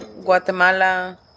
Guatemala